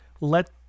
Let